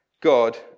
God